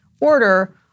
order